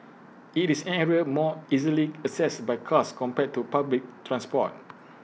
IT is an area more easily accessed by cars compared to public transport